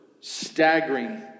staggering